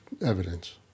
evidence